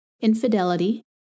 infidelity